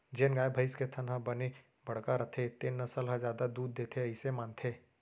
जेन गाय, भईंस के थन ह बने बड़का रथे तेन नसल ह जादा दूद देथे अइसे मानथें